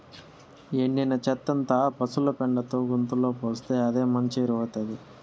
ఎండిన చెత్తంతా పశుల పెండతో గుంతలో పోస్తే అదే మంచి ఎరువౌతాది